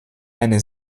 eine